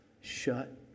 shut